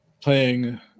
playing